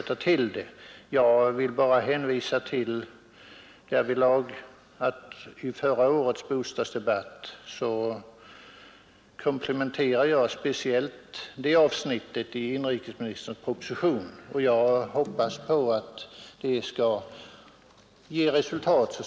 Där vill jag emellertid erinra om att jag i förra årets bostadsdebatt speciellt komplimenterade det avsnittet i inrikesministerns proposition, och jag hoppas att vi där snart skall få en bättring.